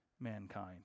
Mankind